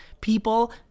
people